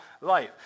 life